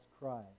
cry